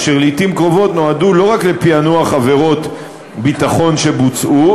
אשר לעתים קרובות נועדו לא רק לפענוח עבירות ביטחון שנעשו,